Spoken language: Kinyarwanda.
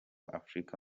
afrika